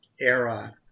era